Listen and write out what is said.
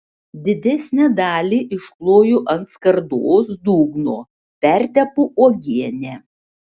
didesnę dalį iškloju ant skardos dugno pertepu uogiene